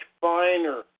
finer